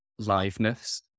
liveness